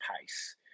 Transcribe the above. pace